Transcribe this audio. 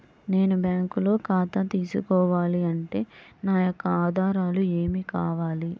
నేను బ్యాంకులో ఖాతా తీసుకోవాలి అంటే నా యొక్క ఆధారాలు ఏమి కావాలి?